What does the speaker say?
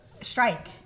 strike